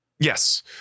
Yes